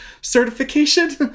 certification